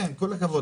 מה,